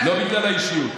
לא בגלל האישיות,